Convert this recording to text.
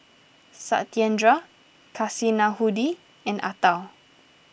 Satyendra Kasinadhudi and Atal